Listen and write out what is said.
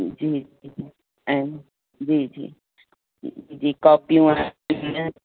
जी जी ऐं जी जी जी कॉपियूं आहिनि